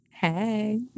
Hey